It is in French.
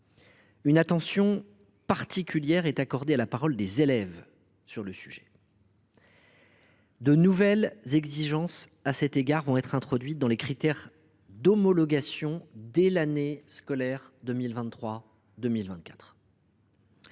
une attention particulière est accordée à la parole des élèves sur le sujet. À cet égard, de nouvelles exigences seront introduites dans les critères d’homologation dès l’année scolaire 2023 2024.